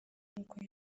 nk’uko